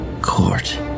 Court